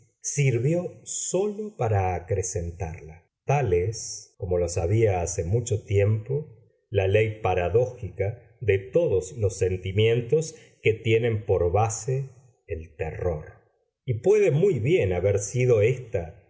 sirvió sólo para acrecentarla tal es como lo sabía hace mucho tiempo la ley paradójica de todos los sentimientos que tienen por base el terror y puede muy bien haber sido ésta